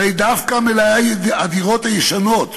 הרי דווקא מלאי הדירות הישנות,